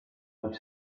would